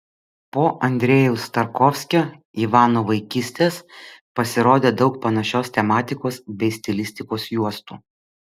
po andrejaus tarkovskio ivano vaikystės pasirodė daug panašios tematikos bei stilistikos juostų